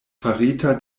farita